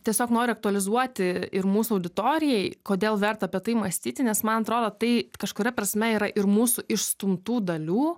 tiesiog noriu aktualizuoti ir mūsų auditorijai kodėl verta apie tai mąstyti nes man atrodo tai kažkuria prasme yra ir mūsų išstumtų dalių